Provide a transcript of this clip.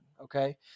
okay